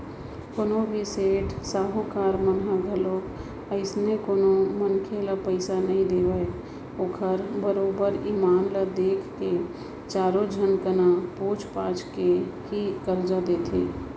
कोनो भी सेठ साहूकार मन ह घलोक अइसने कोनो मनखे ल पइसा नइ देवय ओखर बरोबर ईमान ल देख के चार झन ल पूछ पाछ के ही करजा देथे